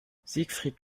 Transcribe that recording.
siegfried